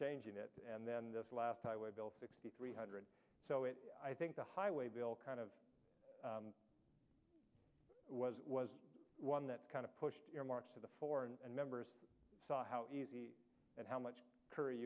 changing it and then this last highway bill sixty three hundred so it i think the highway bill kind of was was one that kind of pushed earmarks to the fore and members saw how easy and how much curry